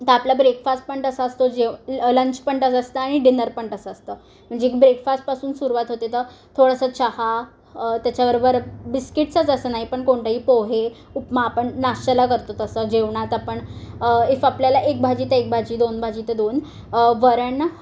तं आपला ब्रेकफास्ट पण तसा असतो जेव लंच पण तसं असतं आणि डिनर पण तसं असतं म्हणजे ब्रेकफास्टपासून सुरुवात होते तर थोडंसं चहा त्याच्याबरोबर बिस्किट्सच असं नाही पण कोणतंही पोहे उपमा आपण नाश्त्याला करतो तसं जेवणात आपण इफ आपल्याला एक भाजी ते एक भाजी दोन भाजी ते दोन वरण